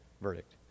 verdict